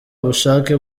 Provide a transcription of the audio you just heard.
ubushake